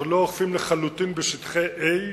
אנחנו לא אוכפים, לחלוטין, בשטחי A,